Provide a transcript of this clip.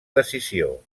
decisió